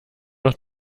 noch